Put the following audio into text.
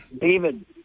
David